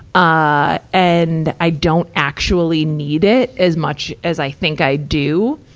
ah and, i don't actually need it as much as i think i do.